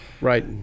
Right